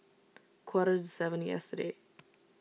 quarters seven yesterday